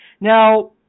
Now